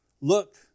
Look